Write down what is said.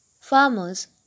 farmers